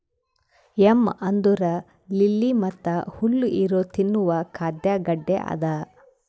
M ಅಂದುರ್ lily ಮತ್ತ ಹುಲ್ಲು ಇರೊ ತಿನ್ನುವ ಖಾದ್ಯ ಗಡ್ಡೆ ಅದಾ